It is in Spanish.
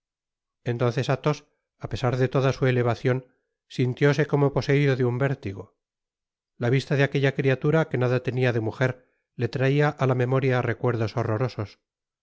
entonces athos apesar de toda su etevacion sintióse como poseido de un vértigo la vista de aquella criatura que nada tenia de mujer le traia á la memoria recuerdos horrorosos